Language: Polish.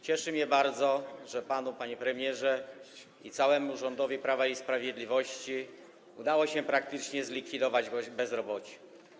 Cieszy mnie bardzo, że panu, panie premierze, i całemu rządowi Prawa i Sprawiedliwości udało się praktycznie zlikwidować bezrobocie.